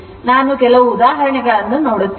ನಾವು ಕೆಲವು ಉದಾಹರಣೆಗಳನ್ನು ನೋಡುತ್ತೇವೆ